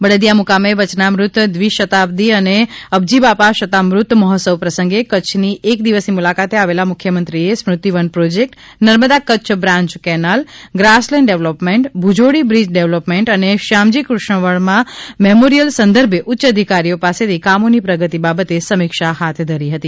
બળદીયા મુકામે વચનામૃત દ્વિશતાબ્દી અને અબજીબાપા શતામૃત મહોત્સવ પ્રસંગે કચ્છની એક દિવસની મૂલાકાતે આવેલા મુખ્યમંત્રીએ Smritivan project Narmada Kutch branch canal grassland development Bhujodi bridge development અને શ્યામજી કૃષ્ણવર્મા મેમોરિયલ સંદર્ભે ઉચ્ય અધિકારીઓ પાસેથી કામોની પ્રગતિ બાબતે સમીક્ષા હાથ ધરી હતી